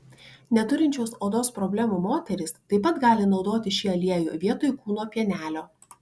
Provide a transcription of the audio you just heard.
neturinčios odos problemų moterys taip pat gali naudoti šį aliejų vietoj kūno pienelio